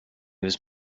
was